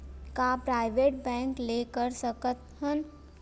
का private bank ले कर सकत हन?